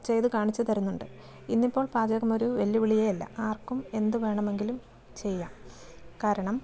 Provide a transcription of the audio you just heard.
ചെയ്ത് കാണിച്ചു തരുന്നുണ്ട് ഇന്നിപ്പോൾ പാചകമൊരു വെല്ലുവിളിയേ അല്ല ആർക്കും എന്ത് വേണമെങ്കിലും ചെയ്യാം കാരണം